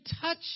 touch